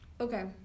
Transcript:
okay